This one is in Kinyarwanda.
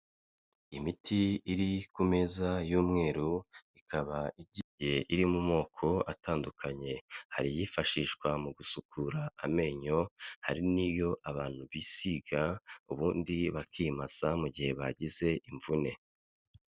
Imiti iri ku meza y'umweru, ikaba igiye iri mu moko atandukanye, hari iyifashishwa mu gusukura amenyo, hari n'iyo abantu bisiga ubundi bakimasa mu gihe bagize imvune.